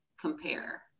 compare